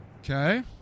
Okay